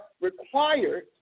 required